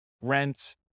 rent